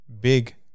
big